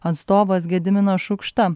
atstovas gediminas šukšta